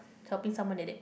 helping someone needed